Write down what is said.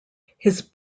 his